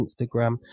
instagram